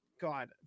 God